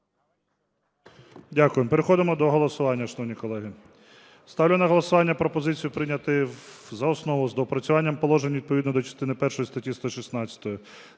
Дякуємо. Переходимо до голосування, шановні колеги. Ставлю на голосування пропозицію прийняти за основу з доопрацюванням положень відповідно до частини першої статті 116